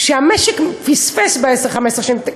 שהמשק פספס ב-10 15 שנים,